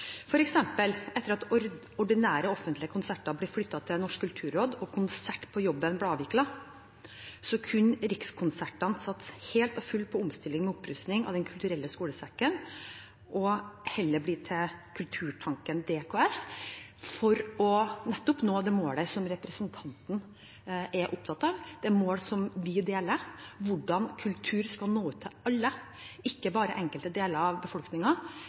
etter at ordinære offentlige konserter ble flyttet til Norsk kulturråd og Konsert på jobben ble avviklet, satse fullt og helt på omstilling og opprusting av Den kulturelle skolesekken og heller bli til Kulturtanken – DKS, for nettopp å nå det målet som representanten er opptatt av, et mål som vi deler, hvordan kultur skal nå ut til alle, ikke bare enkelte deler av